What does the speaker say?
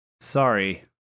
sorry